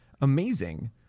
Amazing